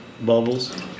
bubbles